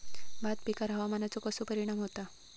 भात पिकांर हवामानाचो कसो परिणाम होता?